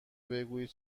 بگویید